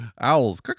Owls